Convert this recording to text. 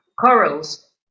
corals